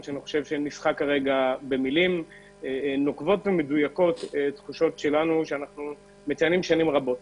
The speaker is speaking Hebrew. שניסחה במילים נוקבות ומדויקות תחושות שאנחנו מציינים שנים רבות.